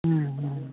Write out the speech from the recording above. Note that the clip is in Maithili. हुँ हुँ